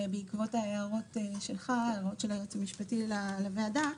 בעקבות ההערות של היועץ המשפטי של הוועדה,